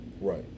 Right